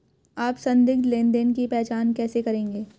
आप संदिग्ध लेनदेन की पहचान कैसे करेंगे?